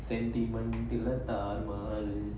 same demon dealer err